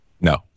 no